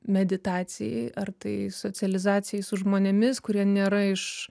meditacijai ar tai socializacijai su žmonėmis kurie nėra iš